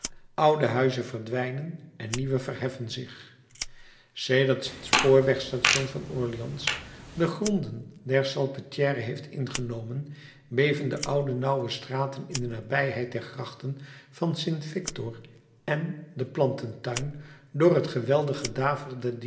oude huizen verdwijnen en nieuwe verheffen zich sedert het spoorweg-station van orleans de gronden der salpêtrière heeft ingenomen beven de oude nauwe straten in de nabijheid der grachten van st victor en den plantentuin door het geweldig